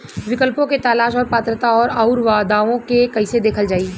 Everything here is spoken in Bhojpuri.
विकल्पों के तलाश और पात्रता और अउरदावों के कइसे देखल जाइ?